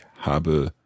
habe